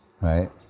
right